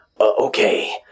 Okay